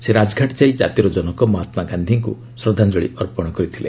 ସେ ରାଜଘାଟ ଯାଇ ଜାତିର ଜନକ ମହାତ୍ଲା ଗାନ୍ଧିଙ୍କ ଶ୍ରଦ୍ଧାଞ୍ଜଳୀ ଅର୍ପଣ କରିଥିଲେ